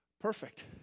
Perfect